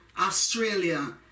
Australia